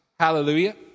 Hallelujah